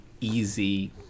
easy